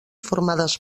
formades